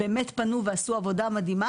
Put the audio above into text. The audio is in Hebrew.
אני חושבת שישנם בנקים שפנו ועשו עבודה מדהימה